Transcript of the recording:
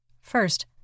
First